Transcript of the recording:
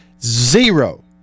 zero